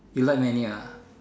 you like manual ah